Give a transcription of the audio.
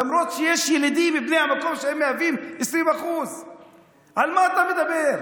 למרות שיש ילידים מבני המקום שמהווים 20%. על מה אתה מדבר?